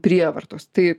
prievartos tai